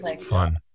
Fun